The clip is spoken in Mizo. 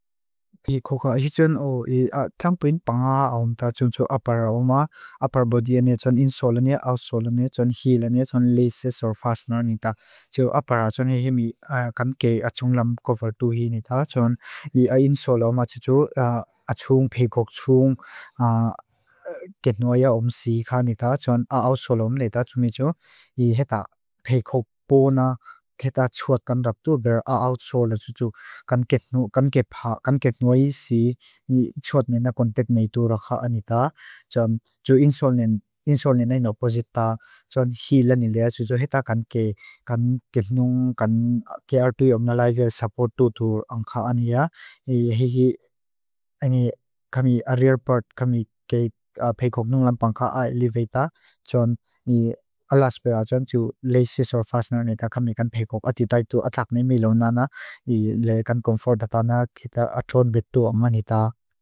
Tampin panga aunda tun tsu aparauma. Aparabodia ne tun insolone, ausolone, tun hilone, tun laces or fastener ni ta. Tsu apara tun hihimi kan ke achunglam kovartuhi ni ta. Tun insoloma tsu tu achung, pekok chung, genuaya omsi ka ni ta. Tsun aousolomu ne ta tumi tsu. Heta pekok pona, heta tsuat kan rap tu. Aousolan tsu tu kan ke pa, kan ke noisi, tsuat ne na konteknei tu rakha ani ta. Tsun tu insolone, insolone na inoposita. Tsun hilone lea tsu tu. Heta kan ke, kan ke nun, kan ke ardui om nalaiwe sapotu tu angkha ania. Ni hihi, ani kami, a rear part kami ke pekok nun lampang ka aileveita. Tsun ni alaspewa tun tsu laces or fastener ni ta kami kan pekok ati tai tu ataknei milo nana. Ni lea kan konforta tana. Heta atun betu oma ni ta.